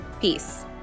Peace